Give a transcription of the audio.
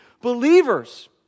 believers